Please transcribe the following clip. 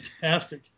fantastic